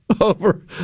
over